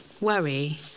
worry